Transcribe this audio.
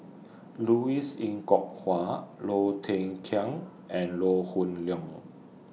Louis Ng Kok Kwang Low Thia Khiang and Low Hoon Leong